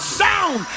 sound